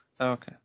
Okay